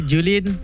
Julian